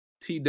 TW